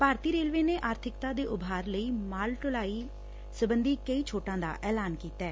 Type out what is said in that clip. ਭਾਰਤੀ railway ਨੇ ਆਰਬਿਕਤਾ ਦੇ ਉਭਾਰ ਲਈ ਮਾਲ ਢੁਆਈ ਸਬੰਧੀ ਕਈ ਛੋਟਾਂ ਦਾ ਐਲਾਨ ਕੀਤੈ